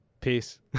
Peace